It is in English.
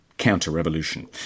counter-revolution